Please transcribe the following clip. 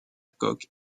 coque